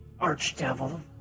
Archdevil